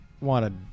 wanted